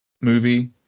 movie